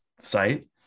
site